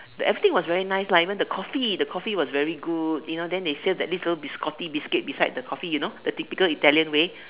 the everything was very nice lah even the Coffee the Coffee was very good you know then they feel that this little biscotti biscuit beside the Coffee you know the typical Italian way